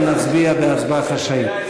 ונצביע בהצבעה חשאית.